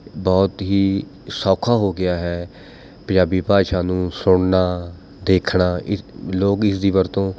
ਬਹੁਤ ਹੀ ਸੌਖਾ ਹੋ ਗਿਆ ਹੈ ਪੰਜਾਬੀ ਭਾਸ਼ਾ ਨੂੰ ਸੁਣਨਾ ਦੇਖਣਾ ਇਸ ਲੋਕ ਇਸ ਦੀ ਵਰਤੋਂ